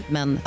Men